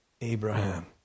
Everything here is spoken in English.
Abraham